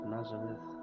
Nazareth